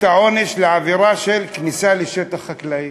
העונש על עבירה של כניסה לשטח חקלאי.